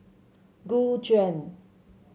Gu Juan